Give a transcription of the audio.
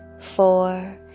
four